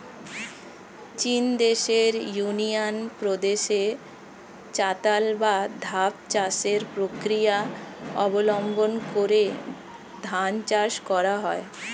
চীনদেশের ইউনান প্রদেশে চাতাল বা ধাপ চাষের প্রক্রিয়া অবলম্বন করে ধান চাষ করা হয়